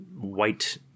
white